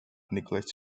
neglects